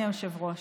אדוני היושב-ראש,